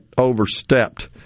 overstepped